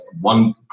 One